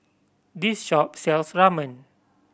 this shop sells Ramen